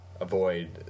avoid